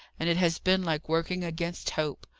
and it has been like working against hope.